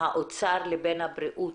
בין האוצר לבין הבריאות.